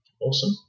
Awesome